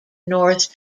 north